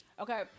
Okay